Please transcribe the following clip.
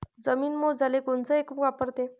जमीन मोजाले कोनचं एकक वापरते?